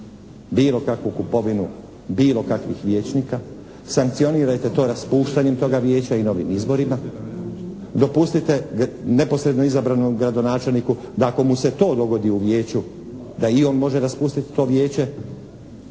bilo kakvu kupovinu bilo kakvih vijećnika. Sankcionirajte to raspuštanjem toga vijeća i novim izborima, dopustite neposredno izabranom gradonačelniku da ako mu se to dogodi u vijeću da i on može raspustiti to vijeće